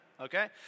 okay